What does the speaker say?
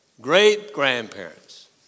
great-grandparents